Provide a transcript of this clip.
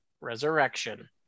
Resurrection